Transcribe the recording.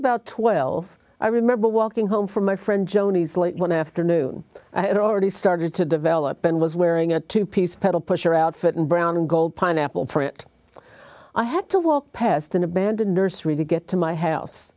about twelve i remember walking home from my friend joni's late one afternoon i had already started to develop and was wearing a two piece petal pusher outfit in brown and gold pineapple for it i had to walk past an abandoned nursery to get to my house